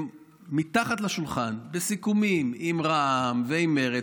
מתחת לשולחן הם בסיכומים עם רע"מ ועם מרצ.